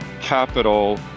capital